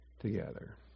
together